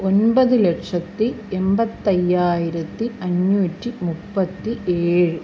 ഒൻപത് ലക്ഷത്തി എൺപത്തയ്യായിരത്തി അഞ്ഞൂറ്റി മുപ്പത്തി ഏഴ്